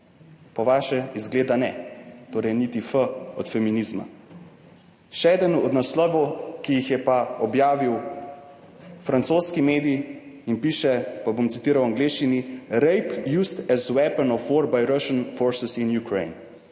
po vaše izgleda ne, torej niti F od feminizma. Še eden od naslovov, ki jih je pa objavil francoski medij in piše, pa bom citiral v angleščini, »Rape used as weapon of war by Russian forces in Ukraine«.